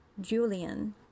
Julian